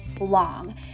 long